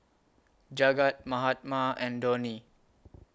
Jagat Mahatma and Dhoni